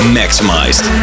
maximized